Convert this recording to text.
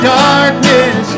darkness